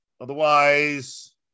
otherwise